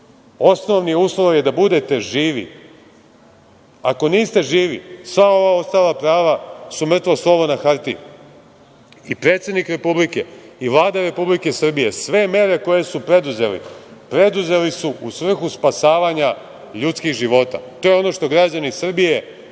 osnovni uslov je da budete živi. Ako niste živi, sva ova ostala prava su mrtvo slovo na hartiji. I predsednik Republike i Vlada Republike Srbije sve mere koje su preduzeli, preduzeli su u svrhu spasavanja ljudskih života. To je ono što građani Srbije